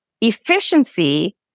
efficiency